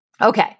Okay